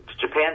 Japan